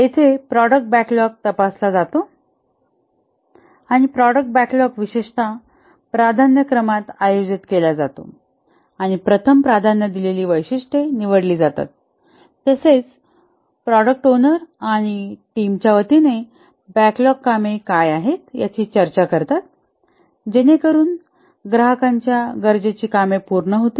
येथे product backlog तपासला जातो आणि प्रॉडक्ट बॅकलॉग विशेषत प्राधान्य क्रमात आयोजित केला जातो आणि प्रथम प्राधान्य दिलेली वैशिष्ट्ये निवडली जातात तसेच प्रॉडक्ट ओनर आणि टीमच्या वतीने बॅकलॉग कामे काय आहेत याची चर्चा करतात जेणेकरून ग्राहकांची गरजेची कामे पूर्ण होतील